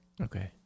Okay